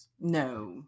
No